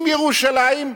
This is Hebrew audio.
עם ירושלים,